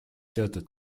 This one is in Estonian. seotud